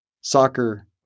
soccer